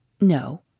No